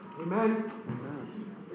Amen